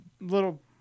little